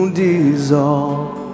dissolve